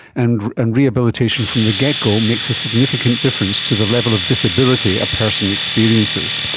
and and rehabilitation from the get-go makes a significant difference to the level of disability a person experiences.